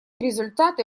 результаты